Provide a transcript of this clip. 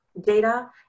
data